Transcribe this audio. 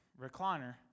recliner